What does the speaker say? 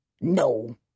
no